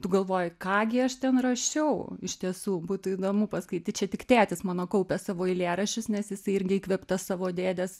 tu galvoji ką gi aš ten rašiau iš tiesų būtų įdomu paskaityt čia tik tėtis mano kaupia savo eilėraščius nes jisai irgi įkvėptas savo dėdės